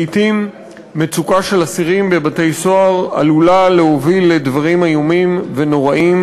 מצוקה של אסירים בבתי-סוהר לעתים עלולה להוביל לדברים איומים ונוראים.